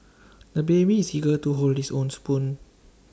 the baby is eager to hold his own spoon